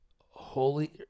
Holy